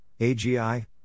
AGI